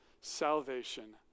salvation